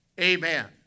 Amen